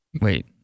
wait